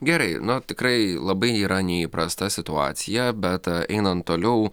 gerai na tikrai labai yra neįprasta situacija bet einant toliau